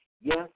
Yes